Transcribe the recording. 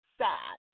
sad